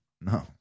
No